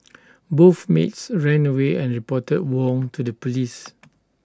both maids ran away and reported Wong to the Police